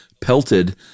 pelted